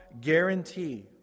guarantee